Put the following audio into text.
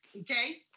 Okay